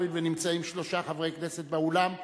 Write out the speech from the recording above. והואיל ונמצאים שלושה חברי כנסת באולם,